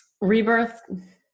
rebirth